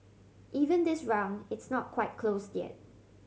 even this round it's not quite closed yet